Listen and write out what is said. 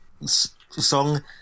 song